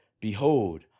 Behold